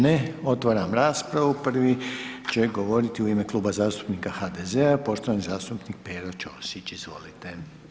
Ne otvaram raspravu, prvi će govoriti u ime Kluba zastupnika HDZ-a poštovani zastupnik Pero Ćosić, izvolite.